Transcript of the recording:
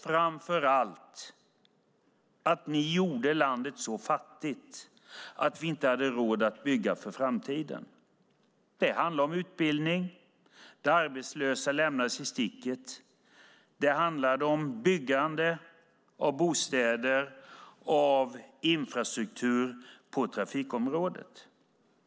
Framför allt gjorde ni landet så fattigt att vi inte hade råd att bygga för framtiden. Det handlade om utbildning där arbetslösa lämnades i sticket. Det handlade om byggande av bostäder och infrastruktur på trafikområdet.